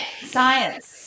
Science